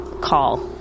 call